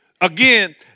Again